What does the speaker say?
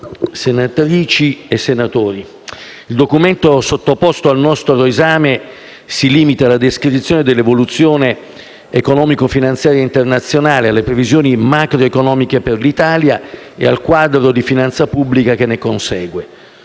senatrici e senatori, il Documento sottoposto al nostro esame si limita alla descrizione dell'evoluzione economico-finanziaria internazionale, alle previsioni macroeconomiche per l'Italia e al quadro di finanza pubblica che ne consegue.